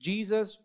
Jesus